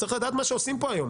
צריך לדעת מה שעושים פה היום,